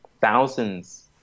thousands